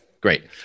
Great